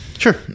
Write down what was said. Sure